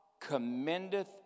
commendeth